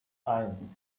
eins